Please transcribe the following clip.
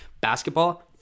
Basketball